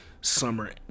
summer